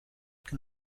can